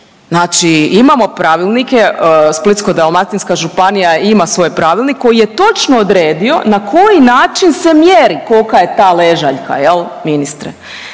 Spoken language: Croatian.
Znači imamo pravilnike Splitsko-dalmatinska županija ima svoj pravilnik koji je točno odredio na koji način se mjeri kolika je ta ležaljka jel' ministre.